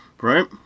right